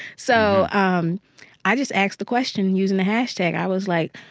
so um i just asked a question using the hashtag. i was like,